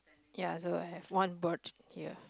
ya the have one bird here